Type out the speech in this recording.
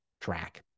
track